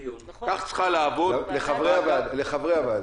לחברי הוועדה.